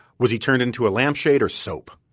was he turned into a lampshade or soap?